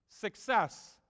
Success